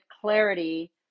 clarity